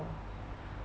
oh